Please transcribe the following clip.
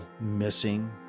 missing